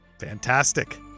Fantastic